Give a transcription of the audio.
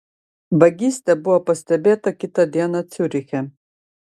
vagystė buvo pastebėta kitą dieną ciuriche